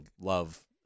love –